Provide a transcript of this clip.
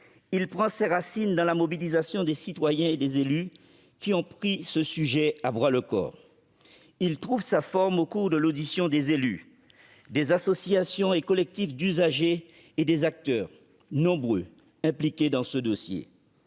Il prend ses racines dans la mobilisation des citoyens et des élus qui ont saisi ce sujet à bras-le-corps. Il a trouvé sa forme au cours de l'audition des élus, des représentants d'associations et de collectifs d'usagers, ainsi que des nombreux acteurs impliqués dans ce dossier.